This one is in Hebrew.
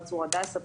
צור הדסה,